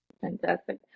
Fantastic